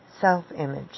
self-image